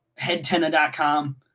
HeadTenna.com